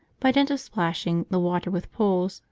by dint of splashing the water with poles,